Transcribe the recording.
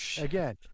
Again